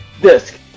disc